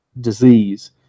disease